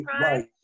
right